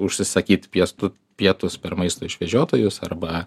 užsisakyt piestu pietūs per maisto išvežiotojus arba